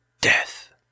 death